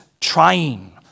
trying